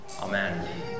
Amen